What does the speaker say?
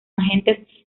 agentes